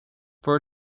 for